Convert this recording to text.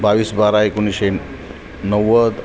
बावीस बारा एकोणीसशे नव्वद